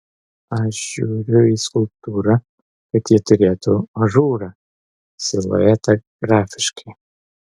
aš žiūriu į skulptūrą kad ji turėtų ažūrą siluetą grafiškai